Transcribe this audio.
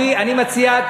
אני מציע,